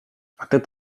atât